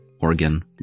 Oregon